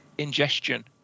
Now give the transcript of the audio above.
ingestion